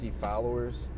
followers